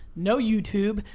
no youtube,